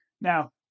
Now